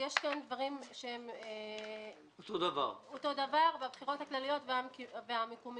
יש כאן דברים שהם אותו דבר בבחירות הכלליות והמקומיות.